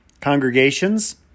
Congregations